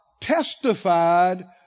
testified